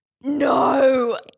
No